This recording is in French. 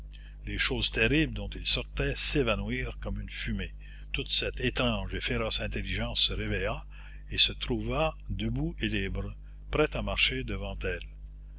les choses terribles dont il sortait s'évanouirent comme une fumée toute cette étrange et féroce intelligence se réveilla et se trouva debout et libre prête à marcher devant elle